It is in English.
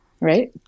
Right